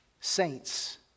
saints